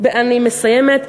אני מסיימת.